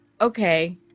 okay